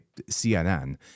CNN